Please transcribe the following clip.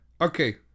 Okay